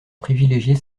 privilégier